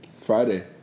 Friday